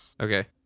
Okay